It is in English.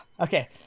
Okay